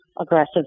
aggressive